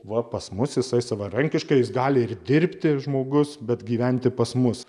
va pas mus jisai savarankiškai jis gali ir dirbti žmogus bet gyventi pas mus